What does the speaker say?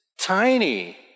tiny